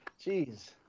Jeez